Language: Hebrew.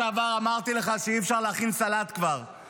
שקלים כמה שקלים עולים מוצרי עוף, הוא לא נותן לי.